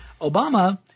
Obama